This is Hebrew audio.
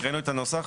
הקראנו את הנוסח.